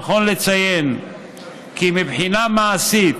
נכון לציין כי מבחינה מעשית,